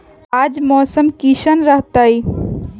आज मौसम किसान रहतै?